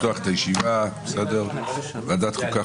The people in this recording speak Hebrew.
אני מתכבד לפתוח את ישיבת ועדת החוקה,